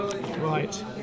Right